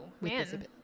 man